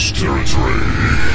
territory